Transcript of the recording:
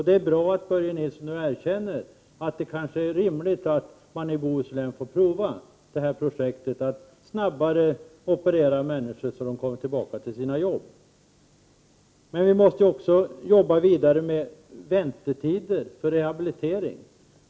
Det är bra att Börje Nilsson nu erkänner att det kanske är rimligt att man i Bohuslän får prova projektet att snabbare operera människor, så att de kommer tillbaka till sina jobb. Men vi måste också arbeta vidare när det gäller väntetiderna för rehabilitering.